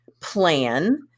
plan